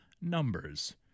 numbers